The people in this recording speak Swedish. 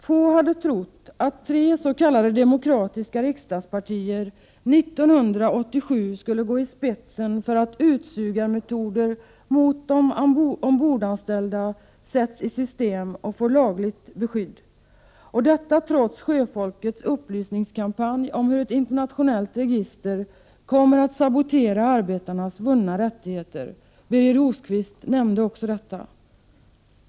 Få hade trott att tre s.k. demokratiska riksdagspartier 1987 skulle gå i spetsen för att utsugarmetoder mot de ombordanställda sätts i system och får lagligt beskydd — och detta trots sjöfolkets upplysningskampanj om hur ett internationellt register kommer att sabotera arbetarnas vunna rättigheter. Birger Rosqvist nämnde också detta.